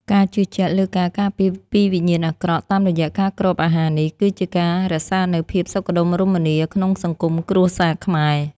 ការជឿជាក់លើការការពារពីវិញ្ញាណអាក្រក់តាមរយៈការគ្របអាហារនេះ គឺជាការរក្សានូវភាពសុខដុមរមនាក្នុងសង្គមគ្រួសារខ្មែរ។